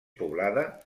poblada